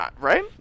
Right